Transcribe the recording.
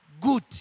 good